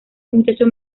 muchacho